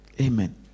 Amen